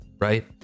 right